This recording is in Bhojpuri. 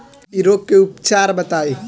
इ रोग के उपचार बताई?